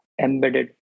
embedded